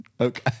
Okay